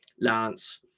lance